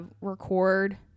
record